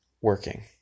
working